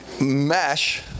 mesh